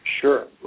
Sure